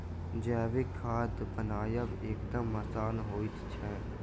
जैविक खाद बनायब एकदम आसान होइत छै